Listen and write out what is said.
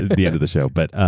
the end of the show. but ah